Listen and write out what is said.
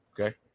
okay